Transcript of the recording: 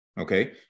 okay